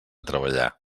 treballar